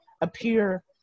appear